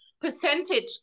percentage